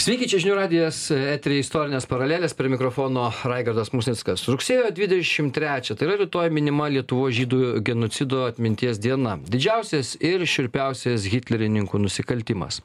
sveiki čia žinių radijas etery istorinės paralelės prie mikrofono raigardas musnickas rugsėjo dvidešim trečią tai yra rytoj minima lietuvos žydų genocido atminties diena didžiausias ir šiurpiausias hitlerininkų nusikaltimas